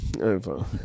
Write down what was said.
over